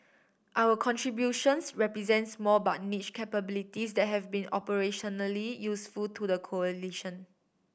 our contributions represent small but niche capabilities that have been operationally useful to the coalition